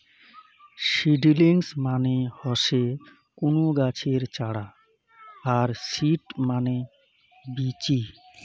seedlings মানে হসে কুনো গাছের চারা আর সিড মানে বীচি